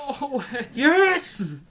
yes